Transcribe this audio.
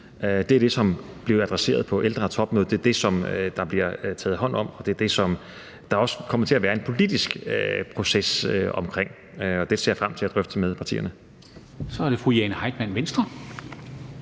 Det er det, som blev adresseret på ældretopmødet, det er det, som der bliver taget hånd om, og det er det, som der også kommer til at være en politisk proces omkring. Og det ser jeg frem til at drøfte med partierne. Kl. 12:04 Formanden (Henrik